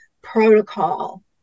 protocol